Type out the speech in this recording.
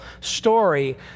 story